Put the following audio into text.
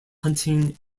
hunting